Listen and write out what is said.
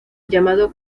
llamado